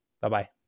Bye-bye